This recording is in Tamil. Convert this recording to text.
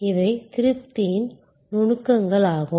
இவை திருப்தியின் நுணுக்கங்களாகும்